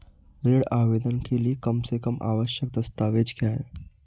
ऋण आवेदन के लिए कम से कम आवश्यक दस्तावेज़ क्या हैं?